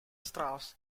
strauss